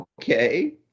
Okay